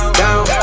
down